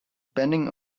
bending